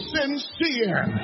sincere